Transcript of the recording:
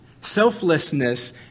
Selflessness